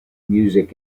music